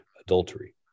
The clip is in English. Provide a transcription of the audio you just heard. adultery